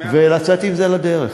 ולצאת עם זה לדרך.